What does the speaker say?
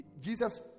Jesus